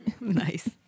Nice